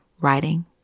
writing